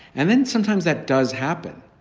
and then sometimes that does happen.